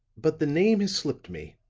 but the name has slipped me.